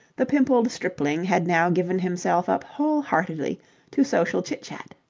the pimpled stripling had now given himself up wholeheartedly to social chit-chat.